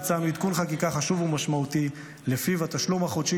ביצענו עדכון חקיקה חשוב ומשמעותי שלפיו התשלום החודשי